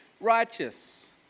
righteous